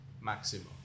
maximum